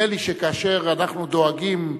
19 בעד, אין מתנגדים,